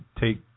take